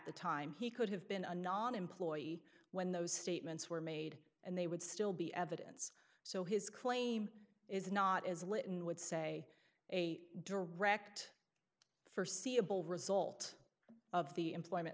the time he could have been a non employee when those statements were made and they would still be evidence so his claim is not as litton would say a direct forseeable result of the employment